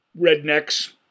rednecks